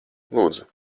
lūdzu